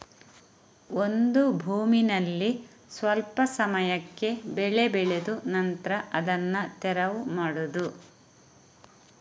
ಒಂದು ಭೂಮಿನಲ್ಲಿ ಸ್ವಲ್ಪ ಸಮಯಕ್ಕೆ ಬೆಳೆ ಬೆಳೆದು ನಂತ್ರ ಅದನ್ನ ತೆರವು ಮಾಡುದು